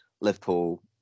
Liverpool